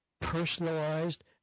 personalized